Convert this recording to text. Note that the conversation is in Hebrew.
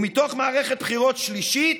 מתוך מערכת בחירות שלישית,